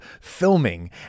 filming